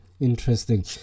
Interesting